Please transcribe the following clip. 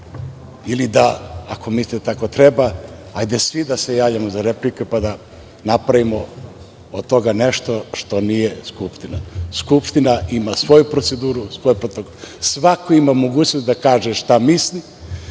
ili da, ako mislite da tako treba, hajde svi da se javimo za replike, pa da napravimo od toga nešto što nije Skupština. Skupština ima svoju proceduru. Svako ima mogućnost da kaže šta misli,